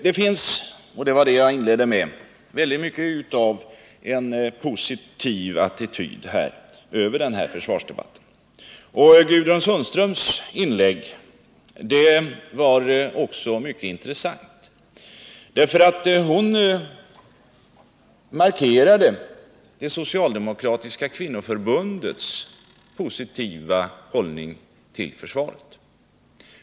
Det finns, som jag inledde mitt anförande med att påpeka, i den här debatten mycket som visar på en positiv attityd till försvaret även från socialdemokratisk sida. Gudrun Sundströms inlägg var mycket intressant, därför att hon markerade Socialdemokratiska kvinnoförbundets positiva hållning till försvaret.